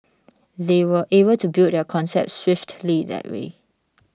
they were able to build their concept swiftly that way